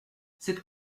cette